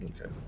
Okay